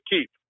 keep